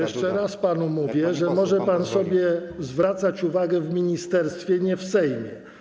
Jeszcze raz panu mówię, że może pan sobie zwracać uwagę w ministerstwie, nie w Sejmie.